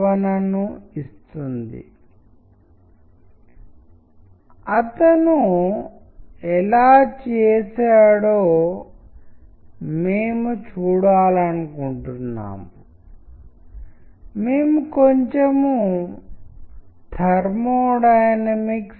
మన పరిశోధనలో భాగంగా మనము ఒకటి లేదా రెండు కార్యకలాపాలను కలిసి చేస్తాము మరియు మనము దానిని ఏదో ఒక రోజు చేద్దాము దానిని మీకు నేను షేర్ చేయగలనని ఆశిస్తున్నాను